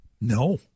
No